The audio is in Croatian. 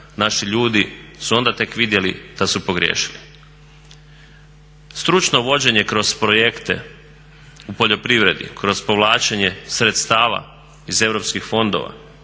naši ljudi su onda tek vidjeli da su pogriješili. Stručno vođenje kroz projekte u poljoprivredi kroz povlačenje sredstava iz europskih fondova